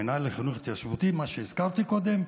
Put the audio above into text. המינהל לחינוך התיישבותי, מה שהזכרתי קודם,